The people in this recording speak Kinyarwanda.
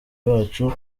bacu